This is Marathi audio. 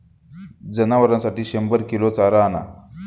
जनावरांसाठी शंभर किलो चारा आणा